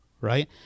right